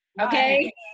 Okay